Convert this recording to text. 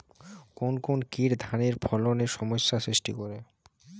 কোন কোন কীট ধানের ফলনে সমস্যা সৃষ্টি করে?